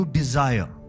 desire